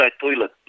toilet